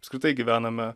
apskritai gyvename